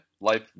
Life